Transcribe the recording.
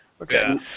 okay